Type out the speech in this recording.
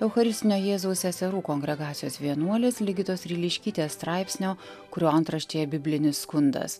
eucharistinio jėzaus seserų kongregacijos vienuolės ligitos ryliškytės straipsnio kurio antraštėje biblinis skundas